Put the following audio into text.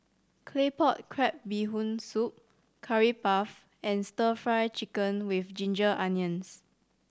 Claypot Crab Bee Hoon Soup Curry Puff and Stir Fry Chicken with ginger onions